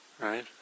right